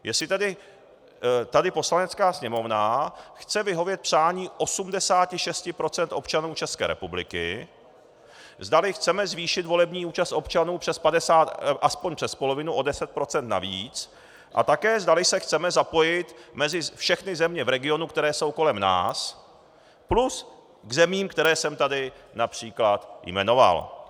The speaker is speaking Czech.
Jestli tady Poslanecká sněmovna chce vyhovět přání 86 % občanů České republiky, zdali chceme zvýšit volební účast občanů aspoň přes polovinu, o 10 % navíc, a také zdali se chceme zapojit mezi všechny země v regionu, které jsou kolem nás, plus k zemím, které jsem tady například jmenoval.